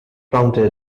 prompted